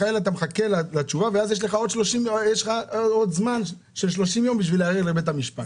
אתה מחכה לתשובה ואז יש לך עוד זמן של 30 ימים כדי לערער לבית המשפט.